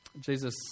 Jesus